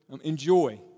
enjoy